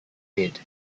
did